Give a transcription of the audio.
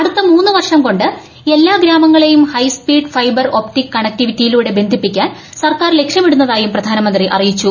അടുത്ത മൂന്നു വർഷം കൊണ്ട് എല്ലാ ഗ്രാമങ്ങളെയും ഹൈസ്പീഡ് ഫൈബർ ഒപ്റ്റിക് കണക്റ്റിവിറ്റിയിലൂടെ ബന്ധിപ്പിക്കാൻ സർക്കാർ ലക്ഷ്യമിടുന്നതായും പ്രധാനമന്ത്രി അറിയിച്ചു